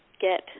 get